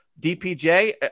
DPJ